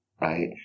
right